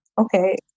okay